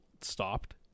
stopped